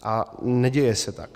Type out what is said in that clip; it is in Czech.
A neděje se tak.